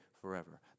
forever